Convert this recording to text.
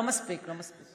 לא מספיק, לא מספיק.